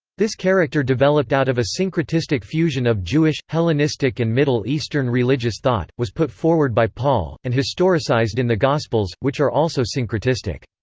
this character developed out of a syncretistic fusion of jewish, hellenistic and middle eastern religious thought was put forward by paul and historicised in the gospels, which are also syncretistic.